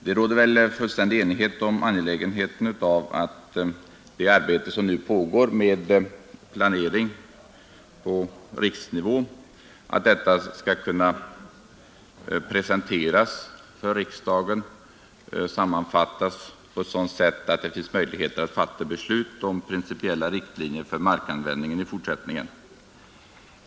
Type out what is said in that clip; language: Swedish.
Det råder väl fullständig enighet om angelägenheten av att det arbete som nu pågår med planering på riksnivå skall kunna presenteras för riksdagen och sammanfattas på ett sådant sätt att det finns möjligheter att fatta beslut om principiella riktlinjer för markanvändningen i fortsättningen.